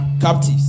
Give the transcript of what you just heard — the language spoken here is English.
Captives